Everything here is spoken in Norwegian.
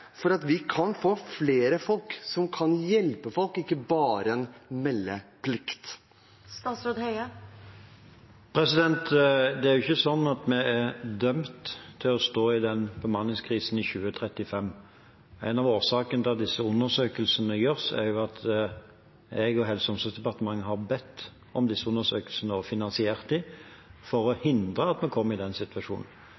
at vi kan få flere som kan hjelpe folk, ikke bare en meldeplikt? Det er ikke sånn at vi er dømt til å stå i den bemanningskrisen i 2035. En av årsakene til at disse undersøkelsene gjøres, er at jeg og Helse- og omsorgsdepartementet har bedt om dem og finansiert dem for å hindre at vi kommer i den situasjonen. Det er også bakgrunnen for at vi igangsetter en